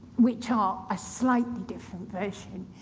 which are a slightly different version.